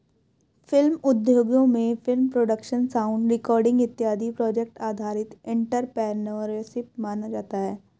film उद्योगों में film production sound recording इत्यादि प्रोजेक्ट आधारित एंटरप्रेन्योरशिप माना जाता है